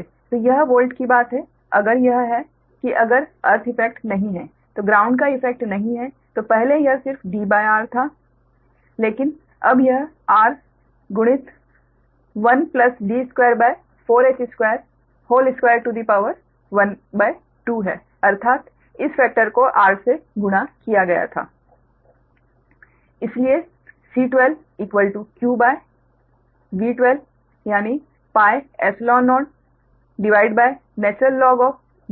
तो यह वोल्टेज की बात है अगर यह है कि अगर अर्थ इफेक्ट नहीं है तो ग्राउंड का प्रभाव नहीं है तो पहले यह सिर्फ Dr था लेकिन अब यह r गुणित 1 D24h2 12 अर्थात इस कारक को r से गुणा किया गया था इसलिए C12qV12 C12πϵ0Dr1